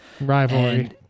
Rivalry